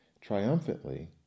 Triumphantly